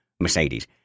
Mercedes